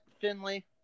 Finley